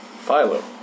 Philo